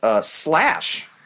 Slash